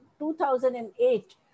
2008